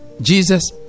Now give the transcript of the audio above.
Jesus